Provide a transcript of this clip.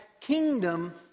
kingdom